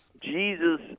Jesus